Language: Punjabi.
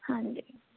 ਹਾਂਜੀ